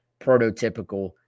prototypical